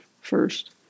First